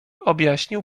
objaśnił